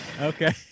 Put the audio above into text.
Okay